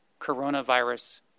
coronavirus